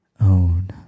own